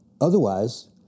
Otherwise